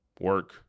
work